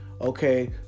okay